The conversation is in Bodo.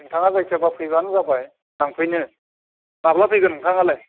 नोंथाङा जायखियाबा फैबानो जाबाय लांफैनो माब्ला फैगोन नोंथाङालाय